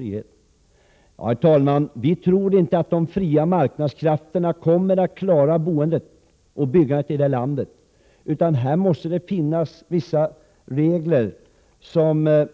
Vi socialdemokrater tror inte att de fria marknadskrafterna kommer att klara boendet och byggandet i detta land, utan det måste finnas vissa regler så att